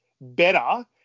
better